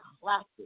classic